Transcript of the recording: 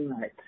Right